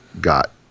got